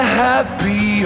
happy